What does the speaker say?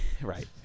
right